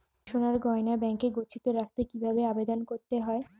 সোনার গহনা ব্যাংকে গচ্ছিত রাখতে কি ভাবে আবেদন করতে হয়?